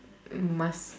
must